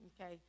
okay